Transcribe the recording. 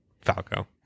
Falco